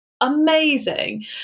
amazing